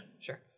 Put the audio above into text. Sure